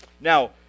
Now